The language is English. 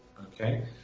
Okay